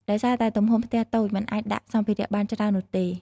ដោយសារតែទំហំផ្ទះតូច មិនអាចដាក់សម្ភារៈបានច្រើននោះទេ។